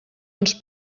ens